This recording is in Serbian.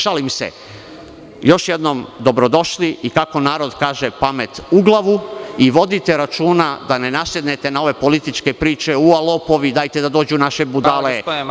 Šalim se, još jednom dobro došli i kako narod kaže – pamet u glavu i vodite računa da ne nasednete na ove političke priče, ua lopovi, dajte da dođu da dođu naše budale…